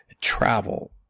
travel